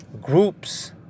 groups